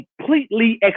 completely